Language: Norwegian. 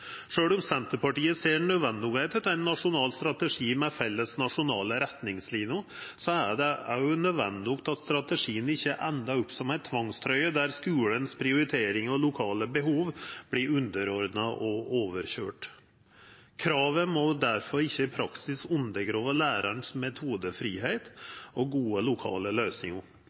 om Senterpartiet ser at det er naudsynt med ein nasjonal strategi med felles nasjonale retningslinjer, er det òg naudsynt at strategien ikkje endar opp som ei tvangstrøye der skulens prioriteringar og lokale behov vert underordna og overkøyrde. Krava må difor ikkje i praksis undergrava lærarens metodefridom og gode lokale løysingar.